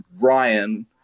Ryan